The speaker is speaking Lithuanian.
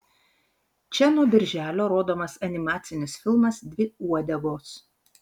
čia nuo birželio rodomas animacinis filmas dvi uodegos